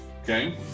okay